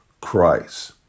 Christ